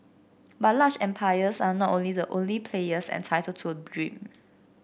but large empires are not only the only players entitled to a dream